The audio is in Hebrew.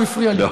הוא הפריע לי.